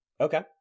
Okay